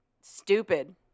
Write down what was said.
stupid